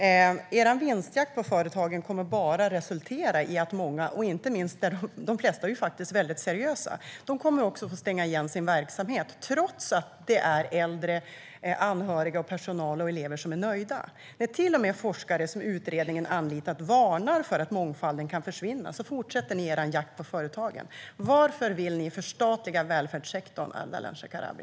Herr talman! Er vinstjakt på företagen kommer bara att resultera i att många företag, och de flesta är ju faktiskt väldigt seriösa, kommer att få stänga igen sin verksamhet, trots att de äldre, anhöriga, personal och elever är nöjda. Trots att till och med forskare som utredningen anlitat varnar för att mångfalden kan försvinna fortsätter ni er jakt på företagen. Varför vill ni förstatliga välfärdssektorn, Ardalan Shekarabi?